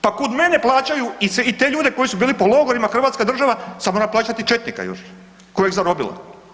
Pa kud mene plaćaju i te ljude koji su bili po logorima Hrvatska država, sad mora plaćati četnika još kojeg je zarobila.